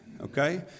Okay